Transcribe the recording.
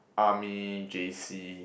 army J_C